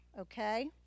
Okay